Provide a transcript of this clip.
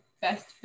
best